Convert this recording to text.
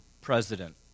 president